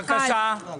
בבקשה.